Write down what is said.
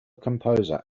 composer